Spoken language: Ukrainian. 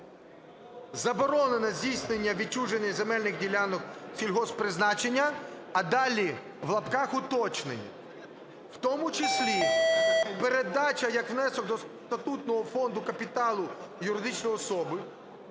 заборонено здійснення відчуження земельних ділянок сільгосппризначення, а далі в лапках уточнення: (в тому числі передача, як внесок до статутного фонду капіталу юридичної особи,